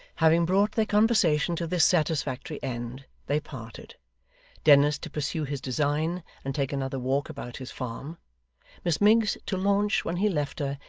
having brought their conversation to this satisfactory end, they parted dennis, to pursue his design, and take another walk about his farm miss miggs, to launch, when he left her,